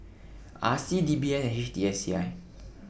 R C D B A and H T S C I